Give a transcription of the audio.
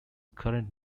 current